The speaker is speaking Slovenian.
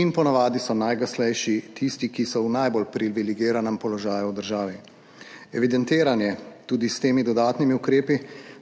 in po navadi so najglasnejši tisti, ki so v najbolj privilegiranem položaju v državi. Evidentiranje, tudi s temi dodatnimi ukrepi,